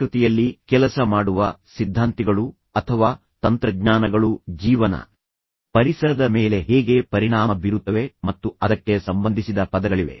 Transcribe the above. ಈ ಟೆಕ್ನೋ ಸಂಸ್ಕೃತಿಯಲ್ಲಿ ಕೆಲಸ ಮಾಡುವ ಸಿದ್ಧಾಂತಿಗಳು ಅಥವಾ ತಂತ್ರಜ್ಞಾನಗಳು ಜೀವನ ಪರಿಸರದ ಮೇಲೆ ಹೇಗೆ ಪರಿಣಾಮ ಬೀರುತ್ತವೆ ಮತ್ತು ಅದಕ್ಕೆ ಸಂಬಂಧಿಸಿದ ಪದಗಳಿವೆ